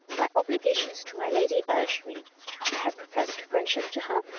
my obligations to my lady urged me i had professed a friendship to her,